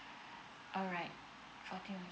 alright okay